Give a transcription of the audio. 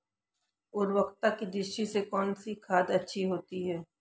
उर्वरकता की दृष्टि से कौनसी खाद अच्छी होती है?